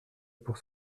pour